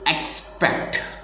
expect